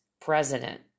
president